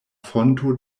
fonto